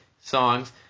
songs